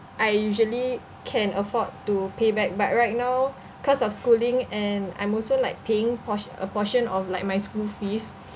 I usually can afford to pay back but right now cause of schooling and I'm also like paying por~ a portion of like my school fees